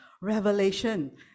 revelation